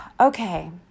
Okay